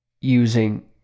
Using